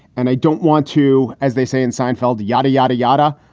and i don't want to, as they say in seinfeld, yada, yada, yada.